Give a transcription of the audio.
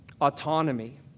Autonomy